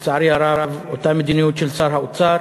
לצערי הרב, אותה מדיניות של שר האוצר,